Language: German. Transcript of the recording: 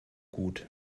gut